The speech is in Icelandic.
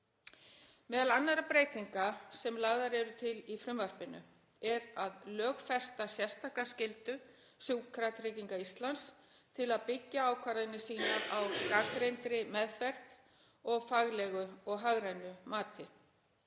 Meðal annarra breytinga sem lagðar eru til í frumvarpinu er að lögfesta sérstaka skyldu Sjúkratrygginga Íslands til að byggja ákvarðanir sínar á gagnreyndri meðferð og faglegu og hagrænu mati.